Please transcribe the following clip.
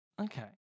Okay